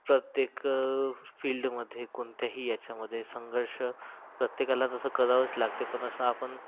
प्रत्येक फिल्डमध्ये कोणत्याही याच्यामध्ये संघर्ष प्रत्येकाला जसं करावाच लागते पण असं आपण